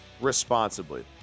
responsibly